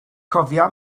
cofia